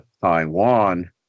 Taiwan